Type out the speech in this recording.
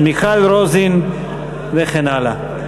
מיכל רוזין וכן הלאה.